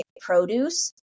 produce